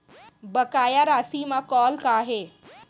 बकाया राशि मा कॉल का हे?